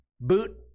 Boot